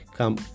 come